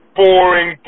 boring